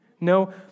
No